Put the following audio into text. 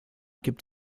gibt